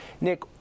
Nick